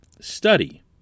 study